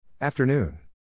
Afternoon